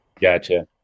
Gotcha